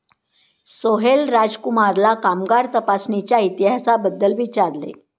सोहेल राजकुमारला कामगार तपासणीच्या इतिहासाबद्दल विचारले